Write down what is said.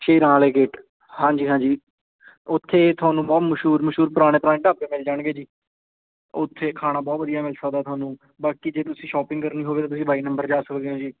ਸ਼ੇਰਾਂ ਵਾਲੇ ਗੇਟ ਹਾਂਜੀ ਹਾਂਜੀ ਉੱਥੇ ਤੁਹਾਨੂੰ ਬਹੁਤ ਮਸ਼ਹੂਰ ਮਸ਼ਹੂਰ ਪੁਰਾਣੇ ਪੁਰਾਣੇ ਢਾਬੇ ਮਿਲ ਜਾਣਗੇ ਜੀ ਉੱਥੇ ਖਾਣਾ ਬਹੁਤ ਵਧੀਆ ਮਿਲ ਸਕਦਾ ਤੁਹਾਨੂੰ ਬਾਕੀ ਜੇ ਤੁਸੀਂ ਸ਼ੋਪਿੰਗ ਕਰਨੀ ਹੋਵੇ ਤੁਸੀਂ ਬਾਈ ਨੰਬਰ ਜਾ ਸਕਦੇ ਹੋ ਜੀ